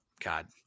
God